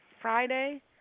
Friday